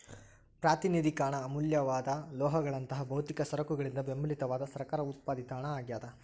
ಪ್ರಾತಿನಿಧಿಕ ಹಣ ಅಮೂಲ್ಯವಾದ ಲೋಹಗಳಂತಹ ಭೌತಿಕ ಸರಕುಗಳಿಂದ ಬೆಂಬಲಿತವಾದ ಸರ್ಕಾರ ಉತ್ಪಾದಿತ ಹಣ ಆಗ್ಯಾದ